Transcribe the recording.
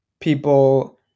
people